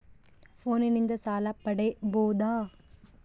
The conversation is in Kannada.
ಫೋನಿನಿಂದ ಸಾಲ ಪಡೇಬೋದ?